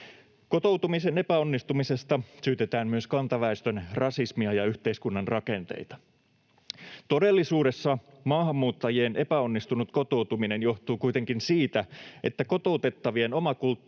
Kotoutumisen epäonnistumisesta syytetään myös kantaväestön rasismia ja yhteiskunnan rakenteita. Todellisuudessa maahanmuuttajien epäonnistunut kotoutuminen johtuu kuitenkin siitä, että kotoutettavien oma kulttuuri